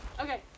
Okay